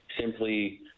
simply